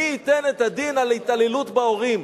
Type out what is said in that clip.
מי ייתן את הדין על התעללות בהורים?